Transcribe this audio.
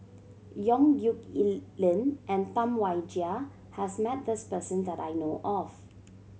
Yong Nyuk Lin and Tam Wai Jia has met this person that I know of